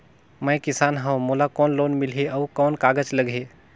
मैं किसान हव मोला कौन लोन मिलही? अउ कौन कागज लगही?